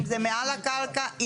אם זה מעל הקרקע,